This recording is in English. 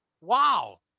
wow